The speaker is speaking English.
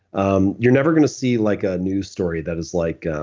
um you're never going to see like a news story that is like, ah